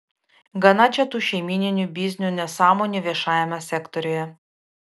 gana čia tų šeimyninių biznių nesąmonių viešajame sektoriuje